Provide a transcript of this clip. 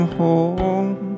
home